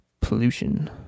pollution